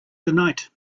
tonight